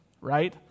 right